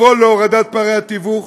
לפעול להורדת פערי התיווך,